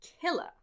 killer